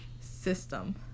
system